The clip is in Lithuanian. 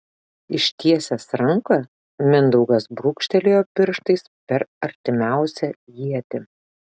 ištiesęs ranką mindaugas brūkštelėjo pirštais per artimiausią ietį